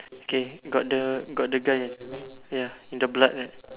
okay got the got the guy ya and the blood right